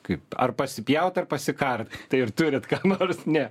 kaip ar pasipjaut ar pasikart tai ar turit ką nors ne